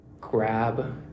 grab